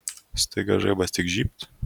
staiga žaibas tik žybt